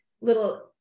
little